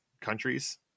countries